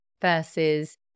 versus